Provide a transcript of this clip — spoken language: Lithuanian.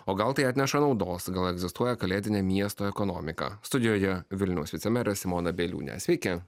o gal tai atneša naudos gal egzistuoja kalėdinė miesto ekonomika studijoje vilniaus vicemerė simona bieliūnė sveiki